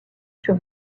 sur